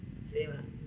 same ah